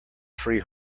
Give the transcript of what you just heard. free